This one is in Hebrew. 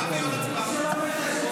לוועדה שתקבע ועדת הכנסת נתקבלה.